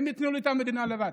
הם ייתנו לי את המדינה לבד.